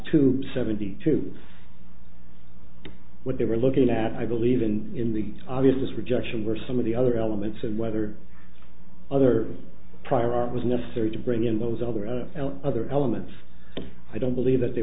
to seventy two what they were looking at i believe in in the obviousness rejection were some of the other elements and whether other prior art was necessary to bring in those other other elements i don't believe that they